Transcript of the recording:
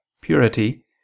purity